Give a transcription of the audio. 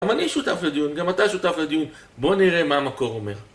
גם אני שותף לדיון, גם אתה שותף לדיון, בואו נראה מה המקור אומר.